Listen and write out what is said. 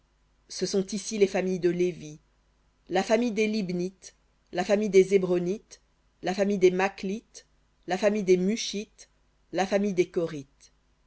ce sont ici les fils de galaad ihézer la famille des ihézrites de hélek la famille des helkites la famille des asriélites sichem la famille des nichées la famille des